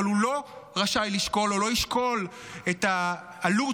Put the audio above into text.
אבל הוא לא רשאי לשקול או לא ישקול את העלות